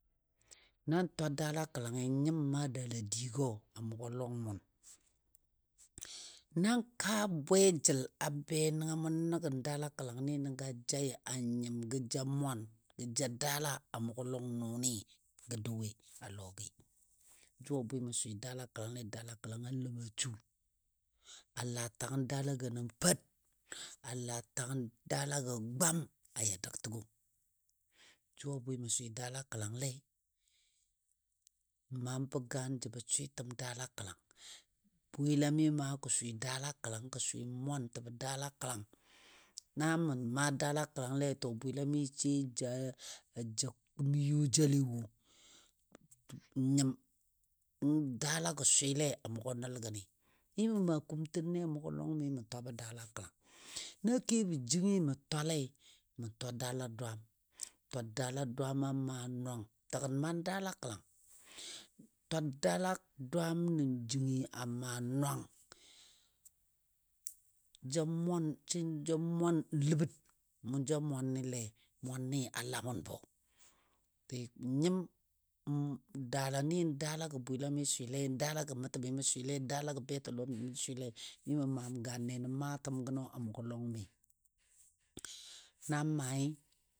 Na n twa daala kəlangɨ n nya maa daala digɔ a mʊgɔ lɔng mʊn nakaa bwejəl a be nəngɔ mʊ nəgən daala kəlangnɨ a jai, a nyim gə ja mwan gə ja daala a mʊgɔ lɔng mʊnɨ nəngɔ dʊi a lɔgɨ. Ju a bwɨ mə swɨ daala kəlangle daala kəlang a ləm a su, a laa tangən daalagɔ nən pəri, a laa tangən daalagɔ gwam a yɔ dəg təgo. Jʊ a bwɨ mə swɨ daala kəlangle mə maambɔ gaan jəbɔ swɨtəm daala kəlang. Bwɨlami ma gɔ swɨ daala kəlang. Na mə maa daala kəlangle to bwɨlami sai ja a ja kumɔ yo jale wo. Nyim n daalagɔ swɨle a mʊgɔ nəl gəni. Mi mə maa kumtɨnle a mʊgɔ lɔnmi mə twabɔ daala kəlang, na kebɔ jəngɨ mən kwalei, mə twa daala dwaam. Twa daala dwaamɔ a maa nwang təgən mə daala kəlang. Twa daala dwaam nən jəngɨ a maa nwang, ja mwan sai ja mwan n ləbər mou ja mwanɨle mwani a lamʊn bɔ. Be nyim n daalani daalagɔ bwɨlami swɨlei, daalagɔ mə təmi mə swɨlei, daalagɔ betəlɔmi swɨlei. Mi mə maam gaan de nə maatəm gənə a mʊgɔ lɔmi. Nan maai.